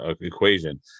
equation